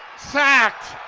sacked,